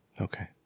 Okay